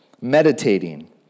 meditating